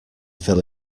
fill